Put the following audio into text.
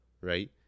right